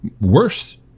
worse